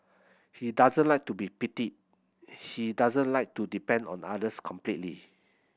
he doesn't like to be pitied he doesn't like to depend on the others completely